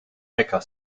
hacker